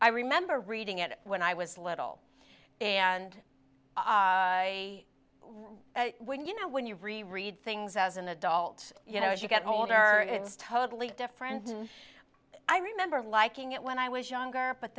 i remember reading it when i was little and when you know when you've really read things as an adult you know as you get older it is totally different and i remember liking it when i was younger but